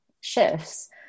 shifts